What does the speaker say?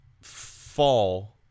fall